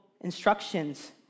instructions